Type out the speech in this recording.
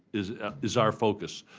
is is our focus.